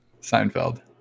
Seinfeld